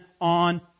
on